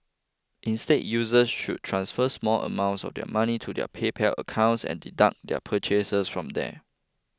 instead users should transfer small amounts of money to their PayPal accounts and deduct their purchases from there